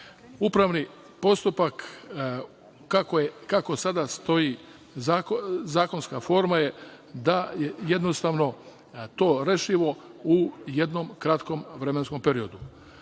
upravni postupak, kako sada stoji zakonska forma, da je jednostavno to rešivo u jednom kratkom vremenskom periodu.